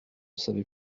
savais